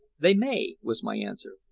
they may, was my answer.